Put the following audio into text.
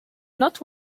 not